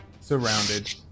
surrounded